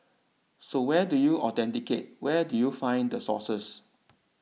so where do you authenticate where do you find the sources